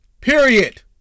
Period